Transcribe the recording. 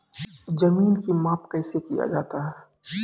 जमीन की माप कैसे किया जाता हैं?